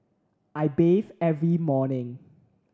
I bathe every morning